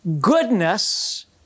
goodness